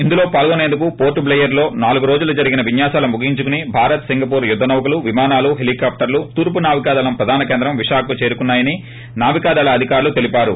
ఇందులో పాల్గొనేందుకు పోర్ట్ ట్లెయిర్ లో నాలుగు రోజులు జరిగిన విన్యాసాలు ముగించుకుని భారత్ సింగపూర్ యుద్ద నౌకలు విమానాలు హెలీకాప్టర్ల తూర్పునౌకాదళం ప్రధాన కేంద్రం విశాఖకు చేరుకున్నాయని నావికాదళ అధికారులు తెలిపారు